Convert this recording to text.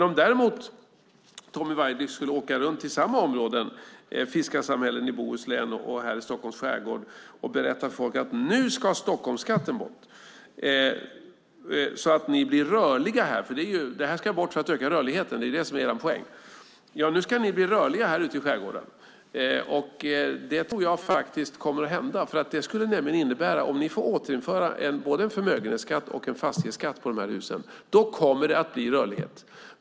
Om däremot Tommy Waidelich skulle åka runt i dessa områden, fiskarsamhällen i Bohuslän och Stockholms skärgård, skulle han väl säga till folk: Nu ska Stockholmsskatten bort, så att ni blir rörliga här ute i skärgården! Det här ska bort för att öka rörligheten; det är det som är er poäng. Detta tror jag faktiskt kommer att hända om ni får återinföra både en förmögenhetsskatt och en fastighetsskatt på de här husen. Det skulle innebära rörlighet.